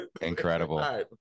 incredible